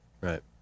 Right